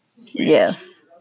Yes